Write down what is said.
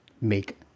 make